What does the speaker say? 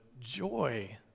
joy